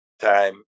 time